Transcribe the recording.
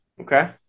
Okay